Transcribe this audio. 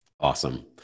Awesome